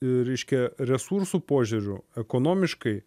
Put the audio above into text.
reiškia resursų požiūriu ekonomiškai